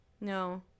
no